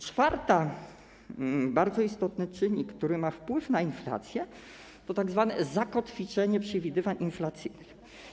Czwarty bardzo istotny czynnik, który ma wpływ na inflację, to tzw. zakotwiczenie przewidywań inflacyjnych.